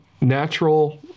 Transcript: natural